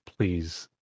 please